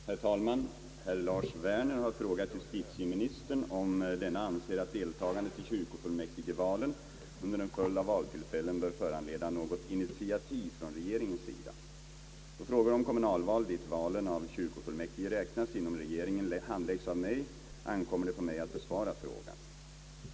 Herr talman! Herr Lars Werner har frågat justitieministern om denne anser att deltagandet i kyrkofullmäktigvalen under en följd av valtillfällen bör föranleda något initiativ från regeringens sida. Då frågor om kommunalval, dit valen av kyrkofullmäktige räknas, inom regeringen handläggs av mig, ankommer det på mig att besvara frågan.